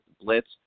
Blitz